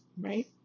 Right